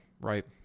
right